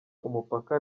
umupaka